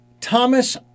Thomas